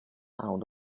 out